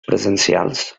presencials